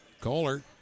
Kohler